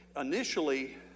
initially